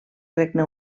regne